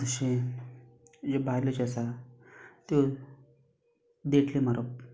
जशें ह्यो बायलो ज्यो आसा त्यो देठली मारप